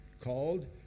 called